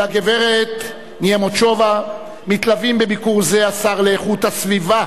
אל הגברת נימצ'ובה מתלווים בביקור זה השר לאיכות הסביבה